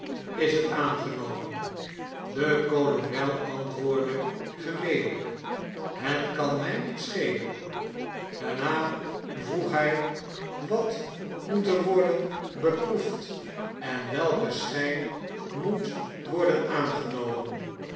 is het aangenomen de kolonel antwoordde gemelyk het kan my niet schelen daarna vroeg hy wat moet mi jjlnjjjg roman van mejuffrouw alice rainbird p f i er anders worden beproefd en welken schyn moet worden aangenomen